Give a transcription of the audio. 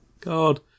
God